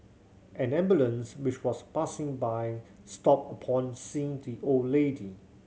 an ambulance which was passing by stopped upon seeing the old lady